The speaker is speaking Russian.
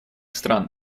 стран